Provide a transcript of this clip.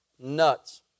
Nuts